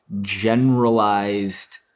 generalized